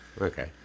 okay